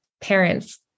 parents